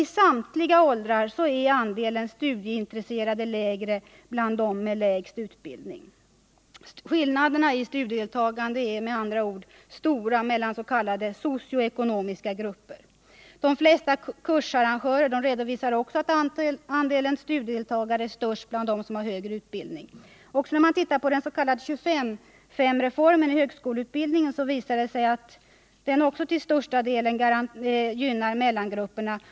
I samtliga åldrar är andelen studieintresserade lägre bland dem med lägst utbildning. Skillnaderna i studiedeltagande är med andra ord stora mellan olika s.k. socioekonomiska grupper. De flesta kursarrangörer redovisar också att andelen studiedeltagare är störst bland dem som har högre utbildning. När man tittar på den s.k. 25:S-reformen inom högskoleutbildningen visar det sig att också denna gynnar mellangrupperna.